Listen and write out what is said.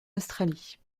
australie